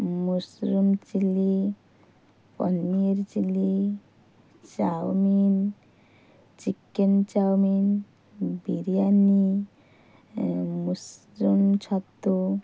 mushroom chilli paneer chilli chow mein chicken chow mein biryani mushroom ଛତୁ